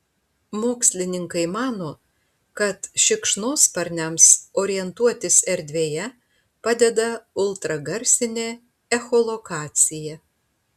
mokslininkai mano kad šikšnosparniams orientuotis erdvėje padeda ultragarsinė echolokacija